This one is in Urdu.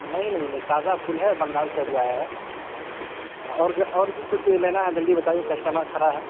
نہیں نہیں نہیں تازہ پھول ہے بنگال سے ابھی آیا ہے اور بھی اور بھی کچھ لینا ہے جلدی بتائیے کسٹمر کھڑا ہے